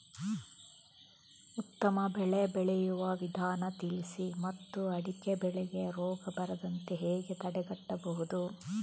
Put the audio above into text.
ಉತ್ತಮ ಬೆಳೆ ಬೆಳೆಯುವ ವಿಧಾನ ತಿಳಿಸಿ ಮತ್ತು ಅಡಿಕೆ ಬೆಳೆಗೆ ರೋಗ ಬರದಂತೆ ಹೇಗೆ ತಡೆಗಟ್ಟಬಹುದು?